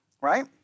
Right